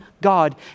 God